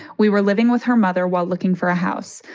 we were living with her mother while looking for a house.